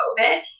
COVID